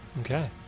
okay